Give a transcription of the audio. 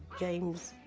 james,